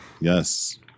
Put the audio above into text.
Yes